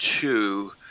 two